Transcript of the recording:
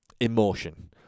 emotion